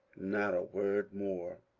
not a word more.